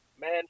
man